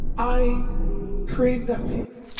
i craved that feeling.